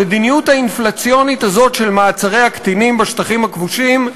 במדיניות האינפלציונית הזאת של מעצרי הקטינים בשטחים הכבושים,